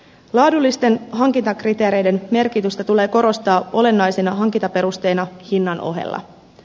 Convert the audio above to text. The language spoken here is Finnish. laadullisten hankintakriteereiden merkitystä tulee korostaa olennaisena hankintaperusteena hinnan ohella